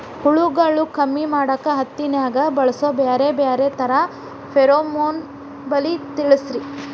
ಹುಳುಗಳು ಕಮ್ಮಿ ಮಾಡಾಕ ಹತ್ತಿನ್ಯಾಗ ಬಳಸು ಬ್ಯಾರೆ ಬ್ಯಾರೆ ತರಾ ಫೆರೋಮೋನ್ ಬಲಿ ತಿಳಸ್ರಿ